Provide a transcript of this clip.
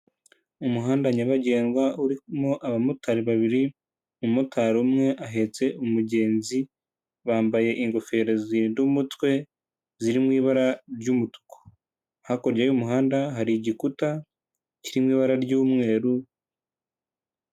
Umuhanda nyabagendwa urimo abamotari babiri, umumotari umwe ahetse umugenzi bambaye ingofero zirinda umutwe ziri mu ibara ry'umutuku, hakurya y'umuhanda hari igikuta kirimo ibara ry'umweru...